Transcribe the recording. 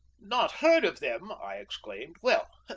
not heard of them! i exclaimed. well,